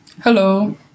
Hello